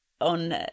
on